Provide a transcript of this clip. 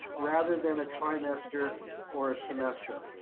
rather than a trimester or a semester.